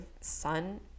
sun